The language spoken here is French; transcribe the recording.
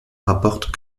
rapporte